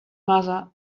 mother